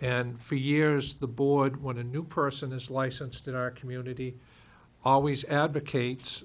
and for years the board when a new person is licensed in our community always advocates